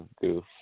goof